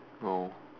no